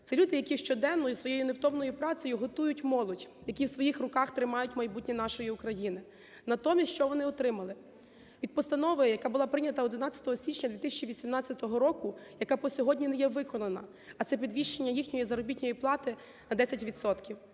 це люди, які щоденною своєю невтомною працею готують молодь, які в своїх руках тримають майбутнє нашої України. Натомість що вони отримали? Від постанови, яка була прийнята 11 січня 2018 року, яка по сьогодні не є виконана, а це підвищення їхньої заробітної плати на 10